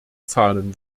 zahlen